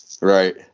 Right